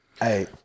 Hey